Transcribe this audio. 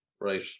Right